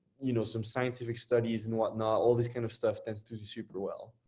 you know some scientific studies and whatnot all this kind of stuff that's to do super well.